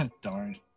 darn